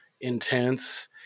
intense